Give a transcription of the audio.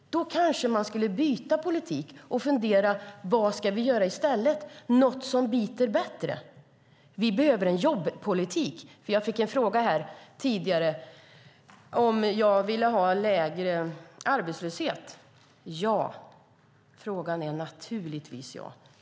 Då kanske man skulle byta politik och fundera på vad man ska göra i stället, något som biter bättre. Vi behöver en jobbpolitik. Jag fick en fråga här tidigare om jag ville ha lägre arbetslöshet. Svaret är naturligtvis ja.